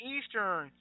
Eastern